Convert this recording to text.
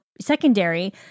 secondary